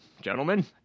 Gentlemen